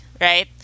right